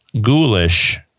ghoulish